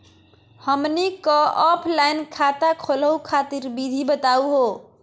हमनी क ऑफलाइन खाता खोलहु खातिर विधि बताहु हो?